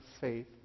faith